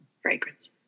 Fragrance